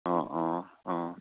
অঁ অঁ অঁ